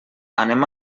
anem